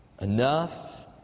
Enough